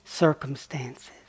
circumstances